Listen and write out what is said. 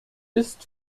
ist